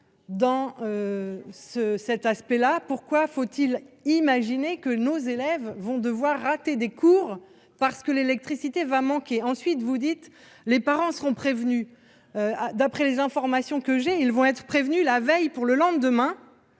dans ce set. Là, pourquoi faut-il imaginer que nos élèves vont devoir rater des cours parce que l'électricité va manquer ensuite vous dites les parents seront prévenus d'après les informations que j'ai, ils vont être prévenu la veille pour le lendemain